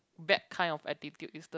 bad kind of attitude is the